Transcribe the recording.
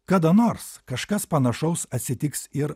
kada nors kažkas panašaus atsitiks ir